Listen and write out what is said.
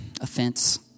offense